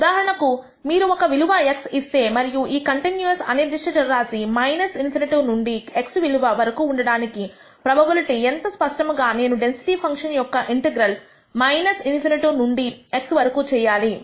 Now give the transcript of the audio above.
ఉదాహరణకు మీరు ఒక విలువ x ఇస్తే మరియు ఈ కంటిన్యూయస్ అనిర్దిష్ట చర రాశి ∞ నుండి x విలువ వరకు ఉండడానికి ప్రాబబిలిటీ ఎంత స్పష్టంగా నేను డెన్సిటీ ఫంక్షన్ యొక్క ఇంటెగ్రల్ ∞ నుండి x వరకు చేయాలి